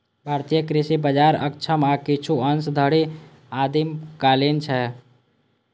भारतीय कृषि बाजार अक्षम आ किछु अंश धरि आदिम कालीन छै